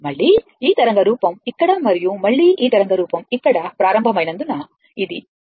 మళ్ళీ ఈ తరంగ రూపం ఇక్కడ మరియు మళ్ళీ ఈ తరంగ రూపం ఇక్కడ ప్రారంభమైనందున ఇది T